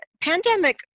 pandemic